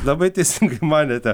labai teisingai manėte